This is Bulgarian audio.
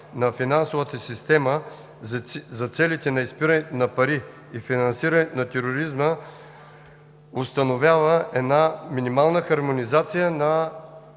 на финансовата система за целите на изпирането на пари и финансирането на тероризма установява една минимална хармонизация на